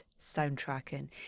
Soundtracking